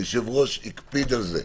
היושב-ראש הקפיד על זה.